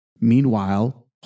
Meanwhile